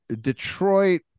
Detroit